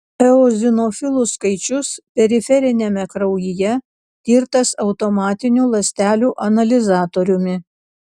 eozinofilų skaičius periferiniame kraujyje tirtas automatiniu ląstelių analizatoriumi